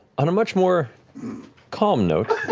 on a much more calm note,